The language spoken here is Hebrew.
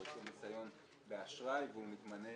או שיש לו ניסיון באשראי והוא מתמנה